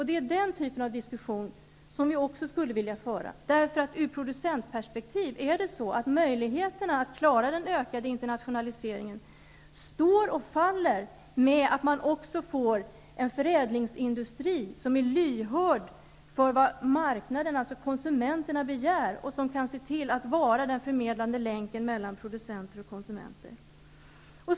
Det är den typen av diskussion som vi skulle vilja föra, därför att ur producentperspektiv är situationen den att möjligheterna att klara den ökade internationaliseringen står och faller med att man också får en förädlingsindustri som är lyhörd för vad marknaden, alltså konsumenterna, begär och som kan se till att vara den förmedlande länken mellan producenter och konsumenter.